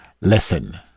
Listen